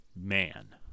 man